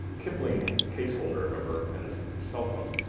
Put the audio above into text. kipling case holder, i remember, and his cell phone.